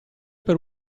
per